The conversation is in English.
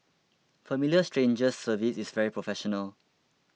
Familiar Strangers service is very professional